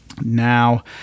Now